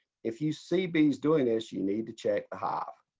if you see bees doing this, you need to check the hive.